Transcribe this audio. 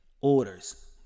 orders